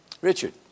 Richard